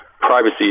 privacy